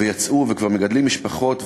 ויצאו, וכבר מגדלים משפחות.